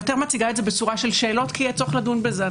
יותר בצורה של שאלות כי יהיה צורך לדון בזה.